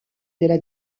della